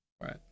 Right